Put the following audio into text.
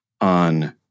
on